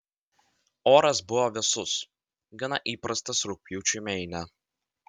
oras buvo vėsus gana įprastas rugpjūčiui meine